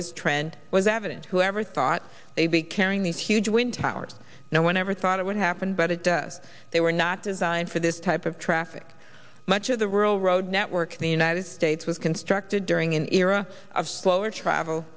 this trend was evident who ever thought they'd be carrying these huge when towers no one ever thought it would happen but it does they were not designed for this type of traffic much of the rural road network in the united states was constructed during an era of slower travel